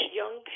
young